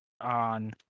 on